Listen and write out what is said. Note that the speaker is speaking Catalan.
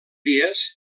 dies